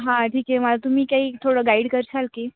हां ठीक आहे मला तुम्ही काही थोडं गाईड करशाल का